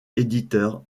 éditeur